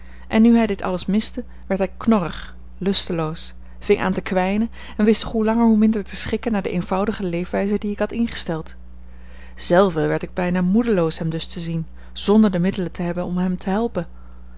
en nu hij dat alles miste werd hij knorrig lusteloos ving aan te kwijnen en wist zich hoe langer hoe minder te schikken naar de eenvoudige leefwijze die ik had ingesteld zelve werd ik bijna moedeloos hem dus te zien zonder de middelen te hebben om hem te helpen